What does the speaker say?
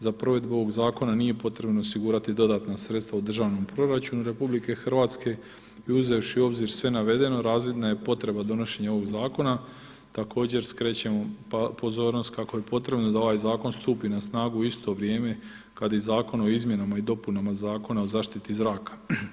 Za provedbu ovog zakona nije potrebno osigurati dodatna sredstva u državnom proračunu RH i uzevši u obzir sve navedeno, razvidna je potreba donošenja ovog zakona također skrećemo pozornost kako je potrebno da ovaj zakon stupi na snagu u isto vrijeme kada i zakon o izmjenama i dopunama Zakona o zaštiti zraka.